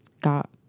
got